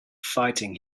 fighting